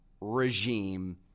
regime